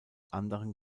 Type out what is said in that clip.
anderen